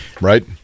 right